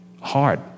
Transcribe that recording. hard